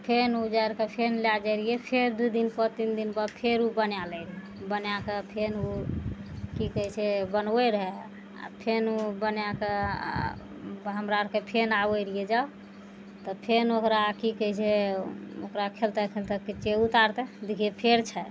फेन उजारि कऽ फेन लए जाइ रहियि फेर दू दिनपर तीन दिन पर फेर उ बना लै रहय बनाकऽ फेन उ की कहय छै बनबय रहय आओर फेन उ बनाकऽ हमरा अरके फेन आबय रहियइ जब तऽ फेन ओकरा की कहय छै ओकरा खेलते खेलते कहय छियै उतार तऽ देखियै फेर छै